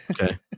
okay